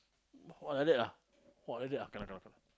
!wah! like that !wah! like that cannot cannot